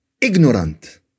ignorant